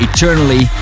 Eternally